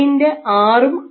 6 ഉം e 0